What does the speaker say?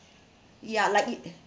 ya like it